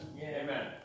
Amen